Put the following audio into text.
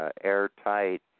airtight